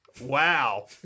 Wow